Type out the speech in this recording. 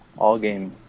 AllGames